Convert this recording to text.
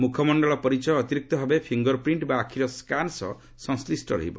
ମୁଖମଣ୍ଡଳ ପରିଚୟ ଅତିରିକ୍ତ ଭାବେ ଫିଙ୍ଗରପ୍ରିଣ୍ଟ୍ ବା ଆଖିର ସ୍କାନ୍ ସହ ସଂସ୍କିଷ୍ଟ ରହିବ